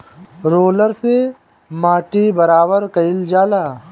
roller से माटी बराबर कइल जाला